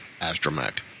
astromech